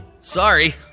sorry